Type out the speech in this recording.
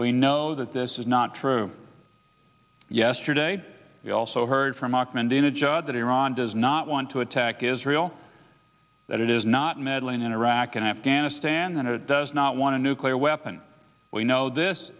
we know that this is not true yesterday we also heard from auckland in a judge that iran does not want to attack israel that it is not meddling in iraq and afghanistan and it does not want to nuclear weapon we know this